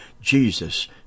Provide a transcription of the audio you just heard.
Jesus